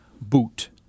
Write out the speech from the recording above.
boot